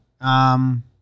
Um-